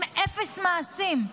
עם אפס מעשים.